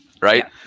right